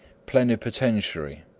plenipotentiary,